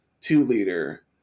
two-liter